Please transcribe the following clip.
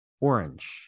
orange